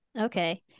okay